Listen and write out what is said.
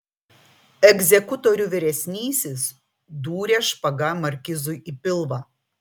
egzekutorių vyresnysis dūrė špaga markizui į pilvą